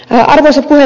vielä ed